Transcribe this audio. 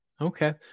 Okay